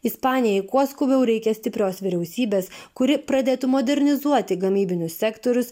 ispanijai kuo skubiau reikia stiprios vyriausybės kuri pradėtų modernizuoti gamybinius sektorius